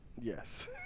Yes